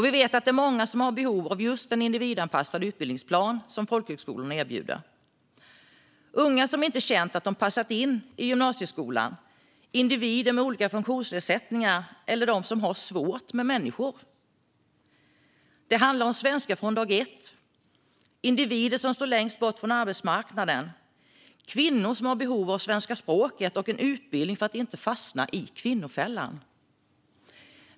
Vi vet att det är många som har behov av just den individanpassade utbildningsplan som folkhögskolorna erbjuder. Det är unga som inte känt att de passat in i gymnasieskolan. Det är individer med olika funktionsnedsättningar. Det är individer som har svårt med människor. Det handlar om svenska från dag ett. Det handlar om individer som står längst bort från arbetsmarknaden och om kvinnor som har behov av svenska språket och en utbildning för att inte fastna i kvinnofällan.